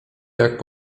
jak